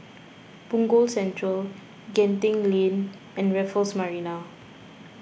Punggol Central Genting Lane and Raffles Marina